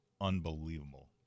unbelievable